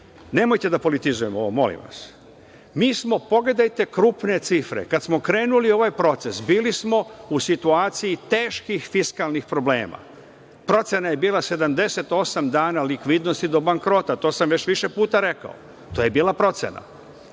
nemojte da politizujemo ovo, molim vas. Mi smo, pogledajte krupne cifre, kad smo krenuli u ovaj proces, bili smo u situaciji teških fiskalnih problema. Procena je bila 78 likvidnosti do bankrota. To sam već više puta rekao. To je bila procena.